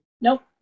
Nope